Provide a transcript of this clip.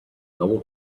walked